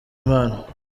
imana